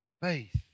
faith